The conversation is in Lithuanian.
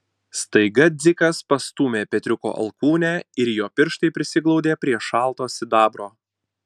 staiga dzikas pastūmė petriuko alkūnę ir jo pirštai prisiglaudė prie šalto sidabro